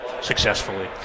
successfully